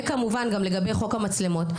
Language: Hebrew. וכמובן, לגבי חוק המצלמות.